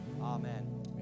Amen